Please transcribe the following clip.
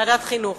החינוך.